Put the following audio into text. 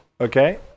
Okay